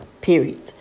Period